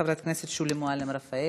חברת הכנסת שולי מועלם-רפאלי.